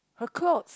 her clothes